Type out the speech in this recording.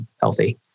healthy